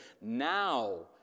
now